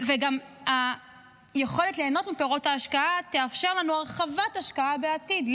וגם היכולת ליהנות מפירות ההשקעה תאפשר לנו הרחבת השקעה בעתיד,